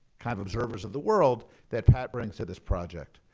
kind of observers of the world that pat brings to this project.